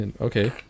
Okay